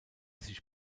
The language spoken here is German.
sich